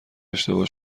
اشتباه